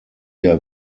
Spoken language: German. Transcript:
der